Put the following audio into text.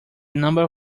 number